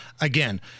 again